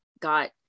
got